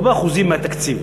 לא באחוזים מהתקציב,